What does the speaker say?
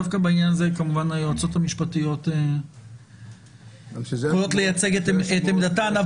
דווקא בעניין הזה כמובן היועצות המשפטיות יכולות לייצג את עמדתן.